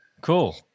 cool